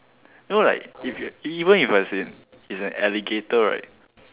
no like if you even if it was it was an alligator right